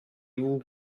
vous